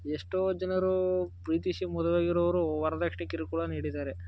ಎಷ್ಟೋ ಜನರು ಪ್ರೀತಿಸಿ ಮದುವೆ ಆಗಿರೋವ್ರು ವರ್ದಕ್ಷಿಣೆ ಕಿರುಕುಳ ನೀಡಿದರೆ